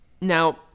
Now